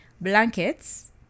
Blankets